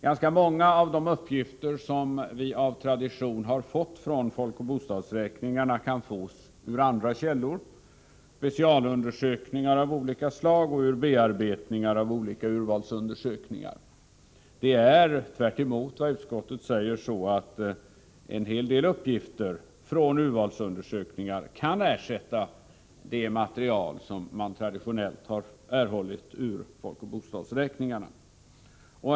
Ganska många av de uppgifter som vi av tradition har fått från folkoch bostadsräkningarna kan fås från andra källor, från specialundersökningar av olika slag och bearbetningar av olika urvalsundersökningar. Det är, tvärtemot vad utskottsmajoriteten säger, så att en hel del uppgifter från urvalsundersökningar kan ersätta det material som man traditionellt har erhållit ur folkoch bostadsräkningarna.